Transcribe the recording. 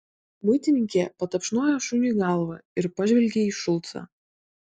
muitininkė patapšnojo šuniui galvą ir pažvelgė į šulcą